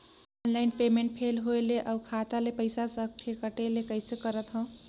Online payment fail होय ले अउ खाता ले पईसा सकथे कटे ले कइसे करथव?